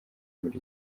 muri